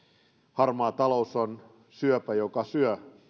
harmaa talous on syöpä joka syö